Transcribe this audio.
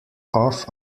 off